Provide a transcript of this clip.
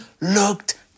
looked